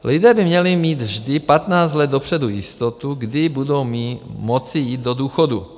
Lidé by měli mít vždy 15 let dopředu jistotu, kdy budou moci jít do důchodu.